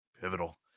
Pivotal